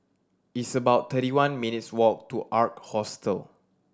it's about thirty one minutes walk to Ark Hostel